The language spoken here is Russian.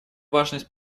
важность